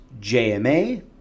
JMA